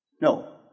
No